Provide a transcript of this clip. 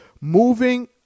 moving